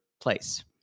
place